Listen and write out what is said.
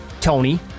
Tony